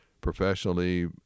professionally